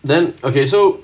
then okay so